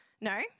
No